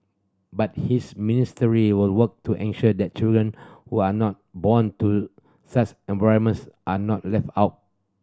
but his ministry will work to ensure that children who are not born to such environments are not left out